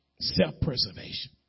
Self-preservation